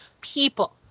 People